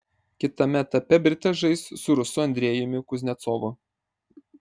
kitame etape britas žais su rusu andrejumi kuznecovu